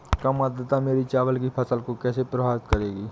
कम आर्द्रता मेरी चावल की फसल को कैसे प्रभावित करेगी?